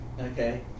okay